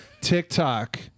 TikTok